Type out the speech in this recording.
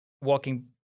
walking